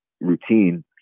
routine